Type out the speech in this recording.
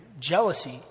Jealousy